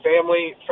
family